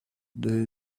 there